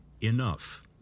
enough